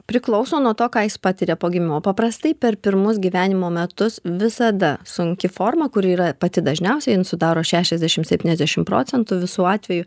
priklauso nuo to ką jis patiria po gimimo paprastai per pirmus gyvenimo metus visada sunki forma kuri yra pati dažniausia jin sudaro šešiasdešimt septyniasdešimt procentų visų atvejų